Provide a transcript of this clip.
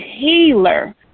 Healer